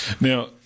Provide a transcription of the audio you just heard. Now